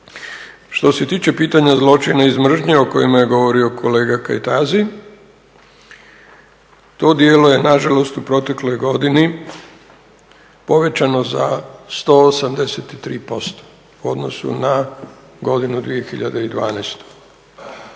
Što se tiče pitanja zločina iz mržnje o kojima je govorio kolega Kajtazi, to djeluje nažalost u protekloj godini povećano za 183% u odnosu na godinu 2012.